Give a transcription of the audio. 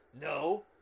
No